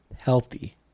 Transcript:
healthy